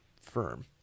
firm